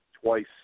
twice